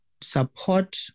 support